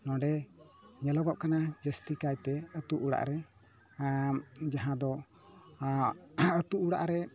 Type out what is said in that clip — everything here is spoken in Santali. ᱱᱚᱰᱮ ᱧᱮᱞᱚᱜᱚᱜ ᱠᱟᱱᱟ ᱡᱟᱥᱛᱤ ᱠᱟᱭᱛᱮ ᱟᱛᱳ ᱚᱲᱟᱜ ᱨᱮ ᱡᱟᱦᱟᱸ ᱫᱚ ᱟᱛᱳ ᱚᱲᱟᱜ ᱨᱮ